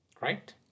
Right